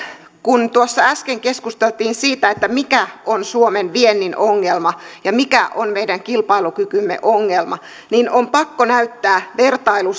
kun tuossa äsken keskusteltiin siitä mikä on suomen viennin ongelma ja mikä on meidän kilpailukykymme ongelma niin on pakko näyttää vertailu